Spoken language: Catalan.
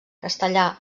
castellà